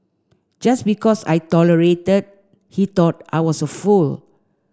just because I tolerated he thought I was a fool